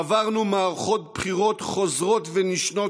עברנו מערכות בחירות חוזרות ונשנות